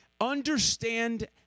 understand